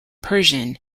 persian